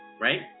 right